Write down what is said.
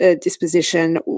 disposition